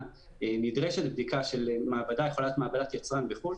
נדרשת בדיקה של מעבדת יצרן בחו"ל,